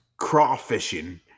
crawfishing